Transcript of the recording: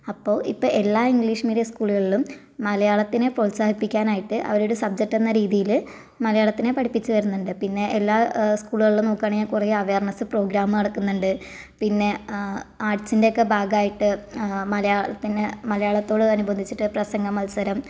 അപ്പോൾ ഇപ്പോൾ എല്ലാ ഇംഗ്ലീഷ് മീഡിയം സ്കൂളുകളിലും മലയാളത്തിനെ പ്രോൽസാഹിപ്പിക്കാനായിട്ട് അവരുടെ സബ്ജക്ട് എന്ന രീതിയില് മലയാളത്തിനെ പഠിപ്പിച്ചു തരുന്നുണ്ട് പിന്നെ എല്ലാ സ്കൂളുകളിലും നോക്കുകയാണെങ്കില് കുറെ അവെയർനെസ്സ് പ്രോഗ്രാം നടക്കുന്നുണ്ട് പിന്നെ ആർട്സിൻ്റെയൊക്കെ ഭാഗമായിട്ട് മലയാളത്തിന് മലയാളത്തോട് അനുബന്ധിച്ചിട്ട് പ്രസംഗ മത്സരം